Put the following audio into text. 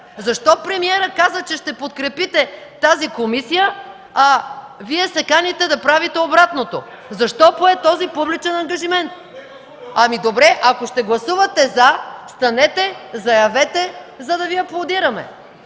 Защо премиерът каза, че ще подкрепите тази комисия, а Вие се каните да правите обратното? Защо пое този публичен ангажимент? (Реплики от ГЕРБ.) Добре, ако ще гласувате „за” станете, заявете, за да Ви аплодираме.